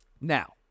Now